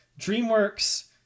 DreamWorks